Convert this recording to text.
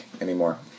anymore